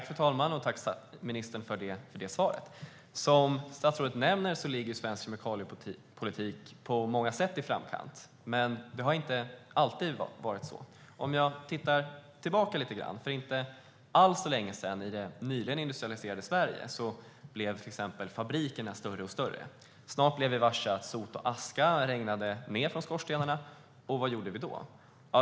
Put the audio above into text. Fru talman! Tack, ministern, för det svaret! Som statsrådet nämner ligger svensk kemikaliepolitik på många sätt i framkant. Men det har inte alltid varit så. Låt oss titta tillbaka lite grann och se hur det var för inte alls så länge sedan. I det nyligen industrialiserade Sverige blev till exempel fabrikerna större och större. Snart blev vi varse att sot och aska regnade ned från skorstenarna. Vad gjorde vi då?